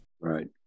Right